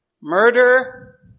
Murder